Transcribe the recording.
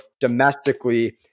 domestically